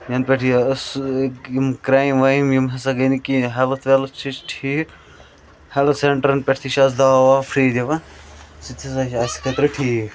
یَنہٕ پٮ۪ٹھ یِہِ أسۍ یِم کرایِم وایم یِم ہَسا گٔے نہٕ کِینٛہہ ہیٚلٕتھ ویٚلٕتھ چھُ ٹھیٖک ہیٚلٕتھ سیٚنٹرن پٮ۪ٹھ تہِ چھِ آز دَوا وَوا فری دِوان سُہ تہِ ہَسا چھُ اَسہِ خٲطرٕ ٹھیٖک